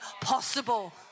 possible